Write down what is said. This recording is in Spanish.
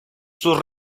sus